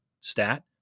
stat